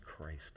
Christ